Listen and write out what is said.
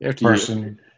Person